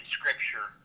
Scripture